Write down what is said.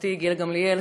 חברתי גילה גמליאל,